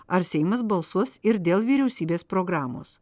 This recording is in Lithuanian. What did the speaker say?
ar seimas balsuos ir dėl vyriausybės programos